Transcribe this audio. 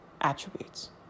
attributes